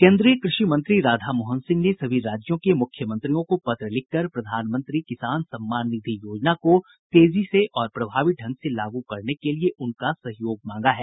केन्द्रीय कृषि मंत्री राधामोहन सिंह ने सभी राज्यों के मुख्यमंत्रियों को पत्र लिखकर प्रधानमंत्री किसान सम्मान निधि योजना को तेजी से और प्रभावी ढंग से लागू करने के लिए उनका सहयोग मांगा है